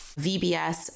vbs